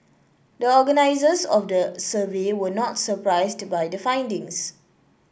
the organisers of the survey were not surprised by the findings